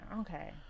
Okay